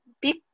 big